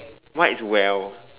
what is well